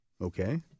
Okay